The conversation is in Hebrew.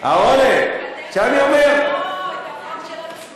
ייתקע לחבר